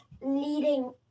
leading